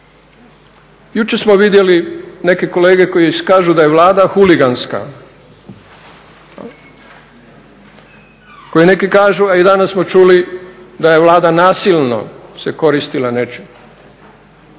Jučer smo vidjeli neke kolege koji kažu da je Vlada huliganska, koji neki kažu a i danas smo čuli da je Vlada nasilno se koristila nečim,